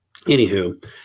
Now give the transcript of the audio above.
anywho